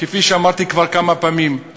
כפי שאמרתי כבר כמה פעמים,